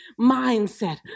mindset